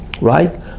right